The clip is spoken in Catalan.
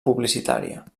publicitària